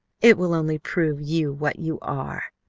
it will only prove you what you are,